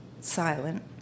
Silent